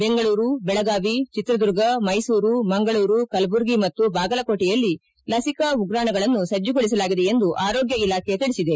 ಬೆಂಗಳೂರು ಬೆಳಗಾವಿ ಚಿತ್ರದುರ್ಗ ಮೈಸೂರು ಮಂಗಳೂರು ಕಲಬುರಗಿ ಮತ್ತು ಬಾಗಲಕೋಟೆಯಲ್ಲಿ ಲಸಿಕಾ ಉಗ್ರಾಣಗಳನ್ನು ಸಜ್ಜಗೊಳಿಸಲಾಗಿದೆ ಎಂದು ಆರೋಗ್ಯ ಇಲಾಖೆ ತಿಳಿಸಿದೆ